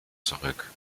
zurück